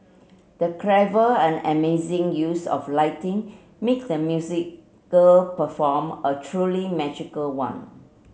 the clever and amazing use of lighting made the musical perform a truly magical one